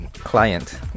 client